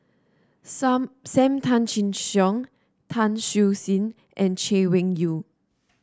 Some Sam Tan Chin Siong Tan Siew Sin and Chay Weng Yew